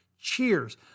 Cheers